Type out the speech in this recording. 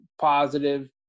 positive